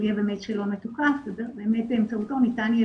יהיה באמת שאלון מתוקף ובאמת באמצעותו ניתן יהיה